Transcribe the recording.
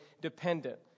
dependent